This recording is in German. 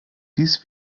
dies